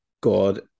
god